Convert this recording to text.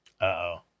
Uh-oh